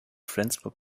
flensburg